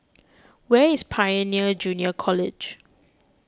where is Pioneer Junior College